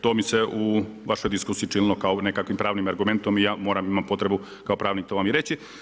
To mi se u vašoj diskusiji činilo kao nekakvim pravnim argumentom i ja imam potrebu, kao pravnik to i reći.